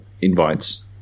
invites